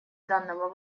данного